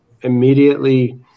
immediately